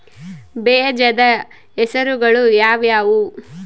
ಬೇಜದ ಹೆಸರುಗಳು ಯಾವ್ಯಾವು?